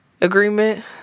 agreement